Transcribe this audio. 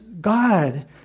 God